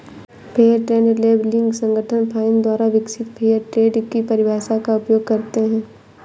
fair trade labelling संगठन FINE द्वारा विकसित फेयर ट्रेड की परिभाषा का उपयोग करते हैं